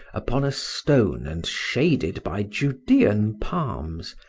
upon a stone and shaded by judean palms,